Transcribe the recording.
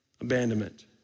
abandonment